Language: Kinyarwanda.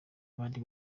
bari